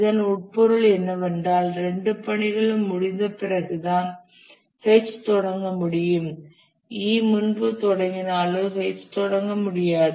இதன் உட்பொருள் என்னவென்றால் இரண்டு பணிகளும் முடிந்தபிறகுதான் H தொடங்க முடியும் E முன்பு தொடங்கினாலும் H தொடங்க முடியாது